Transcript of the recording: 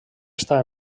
està